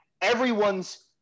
everyone's